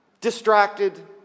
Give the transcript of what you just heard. distracted